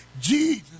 Jesus